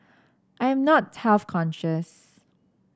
I am not health conscious